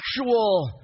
actual